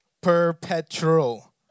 Perpetual